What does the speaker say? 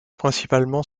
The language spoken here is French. principalement